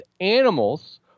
animals